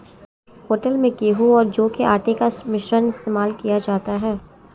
hotel में गेहूं और जौ के आटे का मिश्रण इस्तेमाल किया जाता है